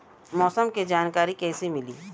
मौसम के जानकारी कैसे मिली?